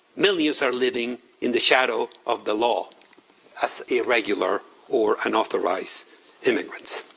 millions are living in the shadows of the law as irregular or unauthorized immigrants.